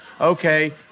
okay